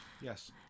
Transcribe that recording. Yes